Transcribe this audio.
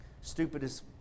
Stupidest